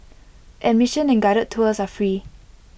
admission and guided tours are free